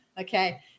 Okay